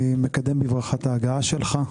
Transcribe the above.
אני מקדם בברכה את הגעתך.